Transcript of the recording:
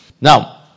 Now